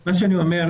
מה שאני אומר,